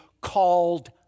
called